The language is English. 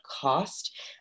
cost